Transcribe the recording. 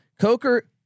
Coker